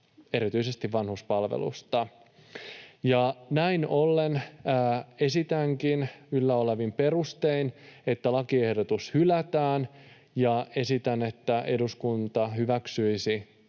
erityisesti vanhuspalveluista. Näin ollen esitänkin yllä olevin perustein, että lakiehdotus hylätään, ja esitän, että eduskunta hyväksyisi